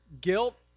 Guilt